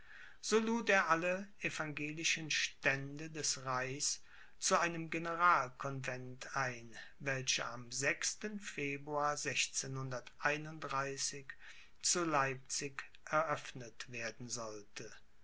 so lud er alle evangelischen stände des reichs zu einem generalconvent ein welcher am februar zu leipzig eröffnet werden sollte